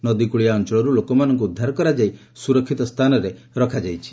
ନଦୀକଳିଆ ଅଞ୍ଚଳରୁ ଲୋକମାନଙ୍କୁ ଉଦ୍ଧାର କରାଯାଇ ସୁରକ୍ଷିତ ସ୍ଥାନରେ ରଖାଯାଇଛି